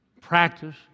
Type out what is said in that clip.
practice